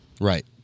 Right